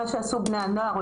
מה שעשו בני הנוער,